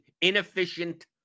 inefficient